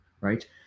right